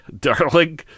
darling